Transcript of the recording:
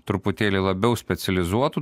truputėlį labiau specializuotų